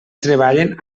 treballen